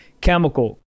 chemical